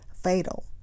fatal